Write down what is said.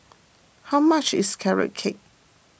how much is Carrot Cake